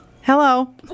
Hello